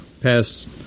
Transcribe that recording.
past